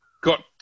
got